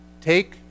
take